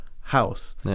house